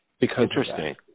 Interesting